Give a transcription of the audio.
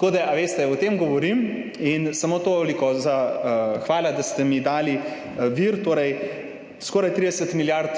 sumim, da se bo. O tem govorim, samo toliko. Hvala, da ste mi dali vir, torej skoraj 30 milijard